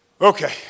Okay